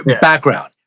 background